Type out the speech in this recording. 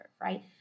right